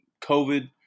COVID